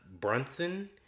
Brunson